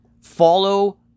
Follow